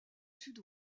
sud